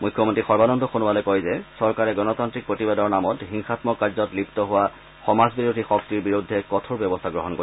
মুখ্যমন্তী সৰ্বানন্দ সোণোৱালে কয় যে চৰকাৰে গণতান্ত্ৰিক প্ৰতিবাদৰ নামত হিংসামক কাৰ্যত লিপ্ত হোৱা সমাজ বিৰোধী শক্তিৰ বিৰুদ্ধে কঠোৰ ব্যৱস্থা গ্ৰহণ কৰিব